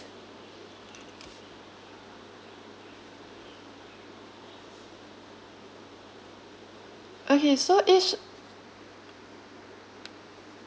okay so each